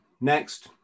next